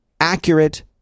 accurate